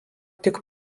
tik